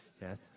Yes